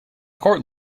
court